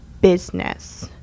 business